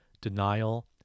denial